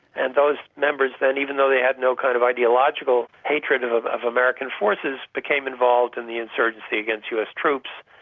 and those members, then, even though they had no kind of ideological hatred of of american forces, became involved in the insurgency against us troops.